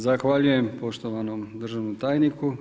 Zahvaljujem poštovanom državnom tajniku.